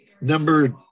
Number